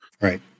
Right